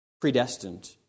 Predestined